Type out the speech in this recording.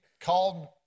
called